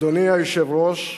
אדוני היושב-ראש,